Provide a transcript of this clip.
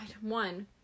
One